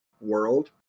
world